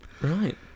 Right